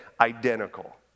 identical